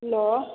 hello